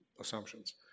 assumptions